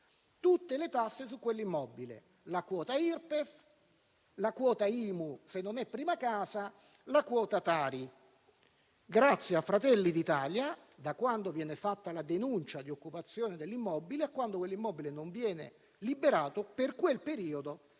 tutte le tasse su quell'immobile: la quota Irpef, la quota IMU, se non è prima casa, e la quota Tari. Grazie a Fratelli d'Italia, da quando viene fatta la denuncia di occupazione dell'immobile a quando quell'immobile non viene liberato, le